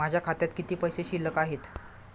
माझ्या खात्यात किती पैसे शिल्लक आहेत?